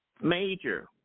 Major